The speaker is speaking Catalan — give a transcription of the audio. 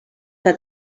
que